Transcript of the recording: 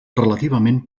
relativament